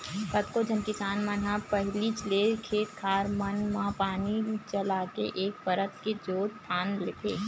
कतको झन किसान मन ह पहिलीच ले खेत खार मन म पानी चलाके एक परत के जोंत फांद लेथे